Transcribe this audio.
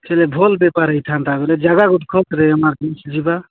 ହେଲେ ଭଲ ବେପାର ହେଇଥାନ୍ତା ବଲେ ଜାଗା ଗୁଟ ଖୋଜରେ ଏମାରଜେନ୍ସି ଯିବା